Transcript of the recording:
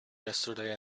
yesterday